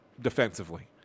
defensively